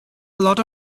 lot